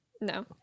No